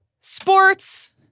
sports